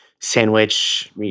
Sandwich